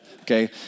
Okay